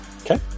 Okay